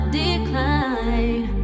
decline